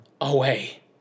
away